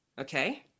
Okay